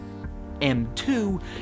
M2